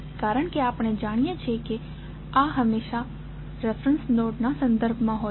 કારણ કે આપણે જાણીએ છીએ કે આ હંમેશા રેફેરેંસ નોડના સંદર્ભમાં હોય છે